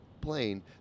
plane